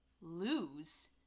lose